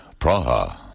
Praha